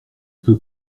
peux